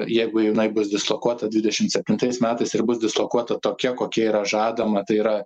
jeigu jinai bus dislokuota dvidešim septintais metais ir bus dislokuota tokia kokia yra žadama tai yra